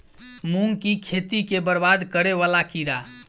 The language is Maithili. मूंग की खेती केँ बरबाद करे वला कीड़ा?